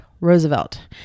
Roosevelt